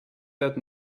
that